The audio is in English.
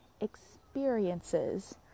experiences